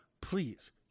please